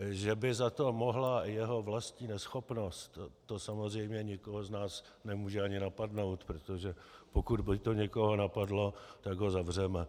Že by za to mohla jeho vlastní neschopnost, to samozřejmě nikoho z nás nemůže ani napadnout, protože pokud by to někoho napadlo, tak ho zavřeme.